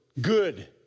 good